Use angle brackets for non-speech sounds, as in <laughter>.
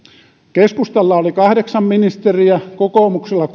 keskustalla oli kahdeksan ministeriä kokoomuksella <unintelligible>